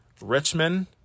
richmond